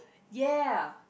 ya